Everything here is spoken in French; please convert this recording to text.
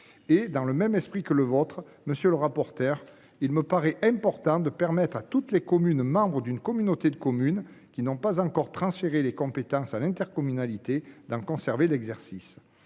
Dans le même esprit que le vôtre, monsieur le rapporteur, il me paraît important de permettre à toutes les communes membres d’une communauté de communes qui n’ont pas encore transféré leurs compétences à l’intercommunalité d’en conserver l’exercice.